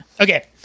okay